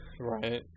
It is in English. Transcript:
Right